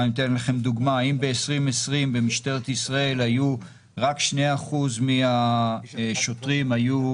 אתן לכם דוגמה: אם בשנת 2020 במשטרת ישראל היו רק 2% מהשוטרים היו